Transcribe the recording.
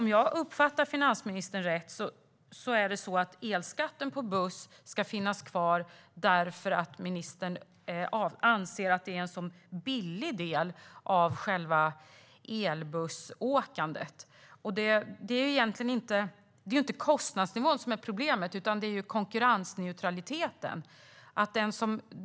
Om jag uppfattar finansministern rätt ska elskatten på buss finnas kvar därför att ministern anser att det är en så billig del när det gäller själva elbussåkandet. Det är inte kostnadsnivån som är problemet utan konkurrensneutraliteten.